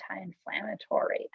anti-inflammatory